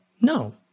no